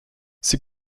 sie